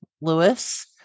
Lewis